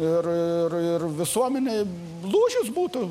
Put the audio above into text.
ir ir visuomenei lūžis būtų